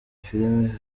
filime